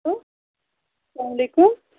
hello اسلام علیکُم